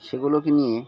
সেগুলোকে নিয়ে